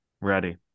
Ready